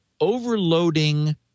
overloading